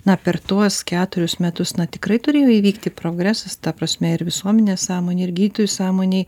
na per tuos keturius metus na tikrai turėjo įvykti progresas ta prasme ir visuomenės sąmonėj ir gydytojų sąmonėj